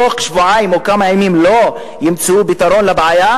היא גם הזהירה כי אם בתוך שבועיים או כמה ימים לא ימצאו פתרון לבעיה,